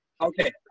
okay